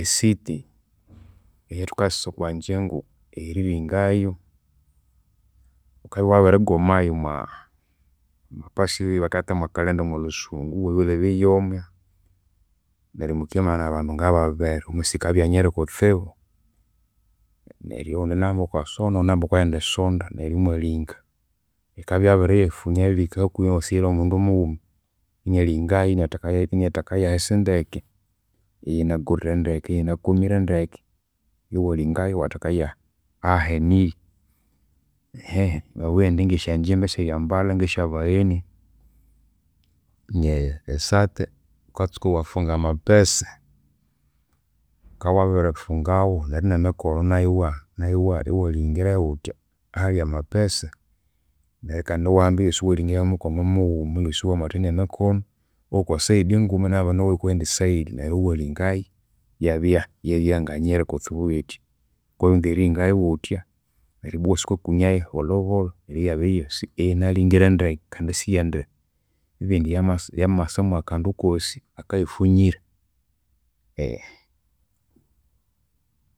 Esiti eyathukayiswika okwanjingu eriringayu, ghukabya wabirigomayu omwa omwapasi, baketamu Calenda omwalhusungu. Wabirilhabya yomo, neryo mukimana bandu ngababiri ghunasi yikabya nyiri kutsibu. Neryo oghundi inahamba okwasonda noghundi inahamba okwayindi sonda neryo imwalinga. Yikabwa yabiriyifunya yabirihika hakuhi imwasighirayu omundu mughuma inyalingayu inyathekayu ahisi ndeke, iyinagorire ndeke, iyinakomire ndeke. Iwalingayu iwathekayu aha- ahahenirye. Ngabugha indi ngesyanjimba esyeryambalha ngesyabagheni, nge- ngesati ghukatsuka bwafunga amapesa. Ghukabya wabirifungaghu neryo nemikono nayu iwa- iwalingirayu ghuthya ahali amapesa. Neru kandi iwahamba eyosi iwalingirayu mukono mughuma eyosi iwamathania emikono owokwaside nguma, nokwayindi side neru iwalingayu iyabya nganyiri kutsibu yithya. Ghukabya wabirighunza eriringayu ghuthya, neribwa iwasa ghukakunyayu bolhobolho, neri iyabya eyosi iyinalingire ndeke kandi isiyendibugha indi yamasa mwakandu kosi akayikunyire.